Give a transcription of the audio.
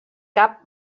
cap